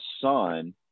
son